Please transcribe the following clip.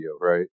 right